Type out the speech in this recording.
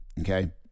okay